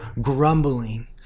grumbling